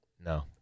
No